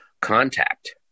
contact